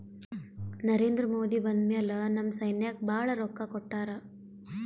ನರೇಂದ್ರ ಮೋದಿ ಬಂದ್ ಮ್ಯಾಲ ನಮ್ ಸೈನ್ಯಾಕ್ ಭಾಳ ರೊಕ್ಕಾ ಕೊಟ್ಟಾರ